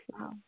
Wow